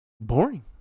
boring